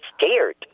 scared